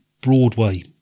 Broadway